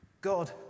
God